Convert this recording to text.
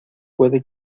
puede